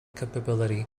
capability